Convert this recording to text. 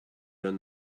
learn